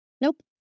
Nope